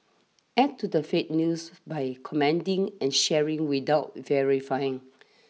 add to the fake news by commenting and sharing without verifying